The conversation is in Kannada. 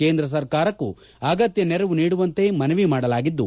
ಕೇಂದ್ರ ಸರ್ಕಾರಕ್ಕೂ ಅಗತ್ತ ನೆರವು ನೀಡುವಂತೆ ಮನವಿ ಮಾಡಲಾಗಿದ್ದು